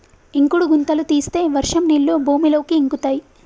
ఇంకుడు గుంతలు తీస్తే వర్షం నీళ్లు భూమిలోకి ఇంకుతయ్